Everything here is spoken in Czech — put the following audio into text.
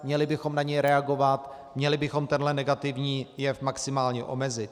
Měli bychom na něj reagovat, měli bychom tenhle negativní jev maximálně omezit.